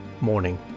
Morning